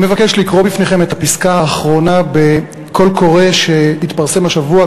אני מבקש לקרוא בפניכם את הפסקה האחרונה בקול קורא שהתפרסם השבוע,